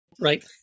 right